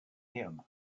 him